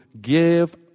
give